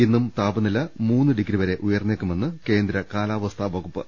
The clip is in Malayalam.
ഇന്നും താപനില മൂന്ന് ഡിഗ്രി വരെ ഉയർന്നേക്കുമെന്ന് കേന്ദ്ര കാലാവസ്ഥാ വകുപ്പ്